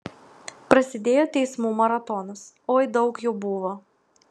prasidėjo teismų maratonas oi daug jų buvo